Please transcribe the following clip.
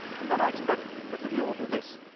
and then i expect that the wheel will do this.